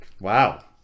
Wow